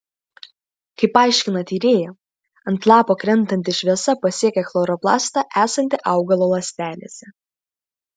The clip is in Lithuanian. kaip aiškina tyrėja ant lapo krentanti šviesa pasiekia chloroplastą esantį augalo ląstelėse